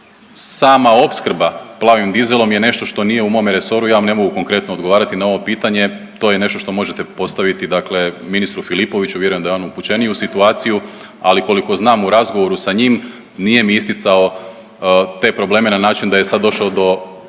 Sama opskrba plavim dizelom je nešto što nije u mome resoru, ja vam ne mogu konkretno odgovarati na ovo pitanje. To je nešto što možete postaviti, dakle ministru Filipoviću. Vjerujem da je on upućeniji u situaciju, ali koliko znam u razgovoru sa njim nije mi isticao te probleme na način da je sad došao do